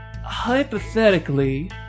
Hypothetically